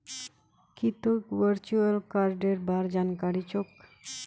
की तोक वर्चुअल कार्डेर बार जानकारी छोक